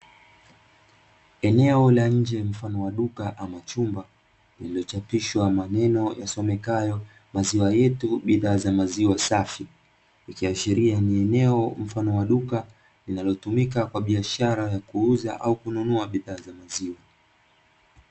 Eneo la nje mfano wa duka ama chumba, lililochapishwa maneno yasomekayo ''MAZIWA YETU, BIDHAA ZA MAZIWA SAFI''. Ikiashiria ni eneo mfano wa duka, linalotumika kwa biashara ya kuuza au kununua bidhaa za maziwa